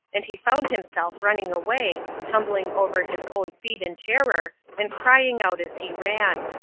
and he found himself running away, tumbling over his own feet in terror, and crying out as he ran.